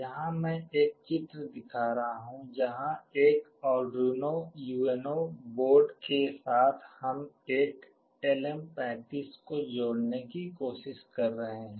यहाँ मैं एक चित्र दिखा रहा हूँ जहाँ एक आर्डुइनो UNO बोर्ड के साथ हम एक LM35 को जोड़ने की कोशिश कर रहे हैं